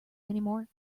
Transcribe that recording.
anymore